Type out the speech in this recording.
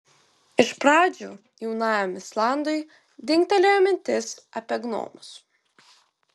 iš pradžių jaunajam islandui dingtelėjo mintis apie gnomus